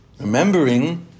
remembering